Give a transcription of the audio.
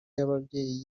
y’ababyeyi